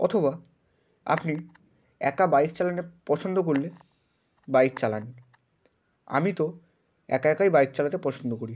অথবা আপনি একা বাইক চালানো পছন্দ করলে বাইক চালান আমি তো একা একাই বাইক চালাতে পছন্দ করি